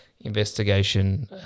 investigation